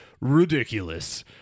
ridiculous